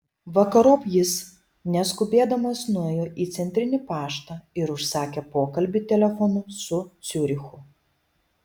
vakarop jis neskubėdamas nuėjo į centrinį paštą ir užsakė pokalbį telefonu su ciurichu